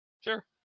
Sure